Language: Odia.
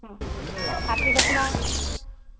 ହଁ ହାତୀ ଦେଖମା